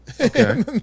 Okay